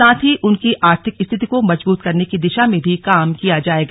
साथ ही उनकी आर्थिक रिथति को मजबूत करने की दिशा में भी काम किया जाएगा